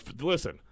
Listen